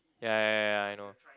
ya ya ya I know